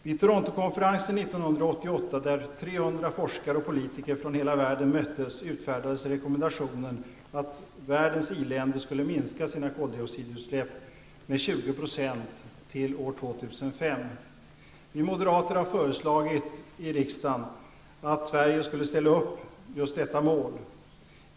Vid Torontokonferensen 1988, där 300 forskare och politiker från hela världen möttes, utfärdades rekommendationen att världens i-länder skulle minska sina koldioxidutsläpp med 20 % till år 2005. Vi moderater har i riksdagen föreslagit att Sverige skall ställa upp på detta mål.